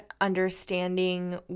understanding